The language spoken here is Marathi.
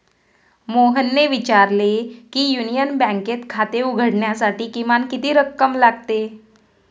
मोहनने विचारले की युनियन बँकेत खाते उघडण्यासाठी किमान किती रक्कम लागते?